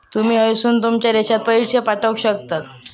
तुमी हयसून तुमच्या देशात पैशे पाठवक शकता